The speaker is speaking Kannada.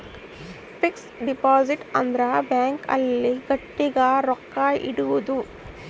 ಫಿಕ್ಸ್ ಡಿಪೊಸಿಟ್ ಅಂದ್ರ ಬ್ಯಾಂಕ್ ಅಲ್ಲಿ ಗಟ್ಟಿಗ ರೊಕ್ಕ ಇಡೋದು